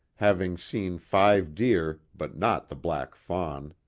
having seen five deer but not the black fawn.